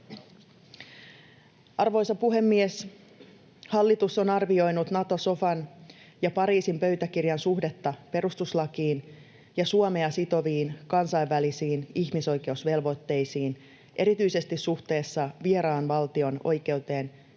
Arvoisa puhemies! Hallitus on arvioinut Nato-sofan ja Pariisin pöytäkirjan suhdetta perustuslakiin ja Suomea sitoviin kansainvälisiin ihmisoikeusvelvoitteisiin, erityisesti suhteessa vieraan valtion oikeuteen käyttää